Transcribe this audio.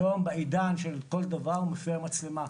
היום, בעידן שכל דבר מופיע במצלמה.